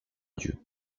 dieu